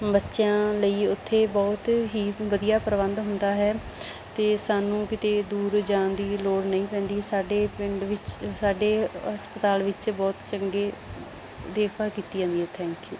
ਬੱਚਿਆਂ ਲਈ ਉੱਥੇ ਬਹੁਤ ਹੀ ਵਧੀਆ ਪ੍ਰਬੰਧ ਹੁੰਦਾ ਹੈ ਅਤੇ ਸਾਨੂੰ ਕਿਤੇ ਦੂਰ ਜਾਣ ਦੀ ਲੋੜ ਨਹੀਂ ਪੈਂਦੀ ਸਾਡੇ ਪਿੰਡ ਵਿੱਚ ਸਾਡੇ ਹਸਪਤਾਲ ਵਿੱਚ ਬਹੁਤ ਚੰਗੀ ਦੇਖਭਾਲ ਕੀਤੀ ਜਾਂਦੀ ਹੈ ਥੈਂਕ ਯੂ